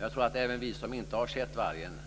Jag tror att många av oss som ännu inte sett vargen